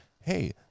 hey